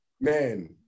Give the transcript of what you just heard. Man